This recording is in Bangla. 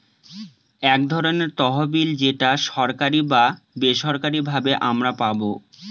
এক ধরনের তহবিল যেটা সরকারি বা বেসরকারি ভাবে আমারা পাবো